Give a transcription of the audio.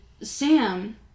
Sam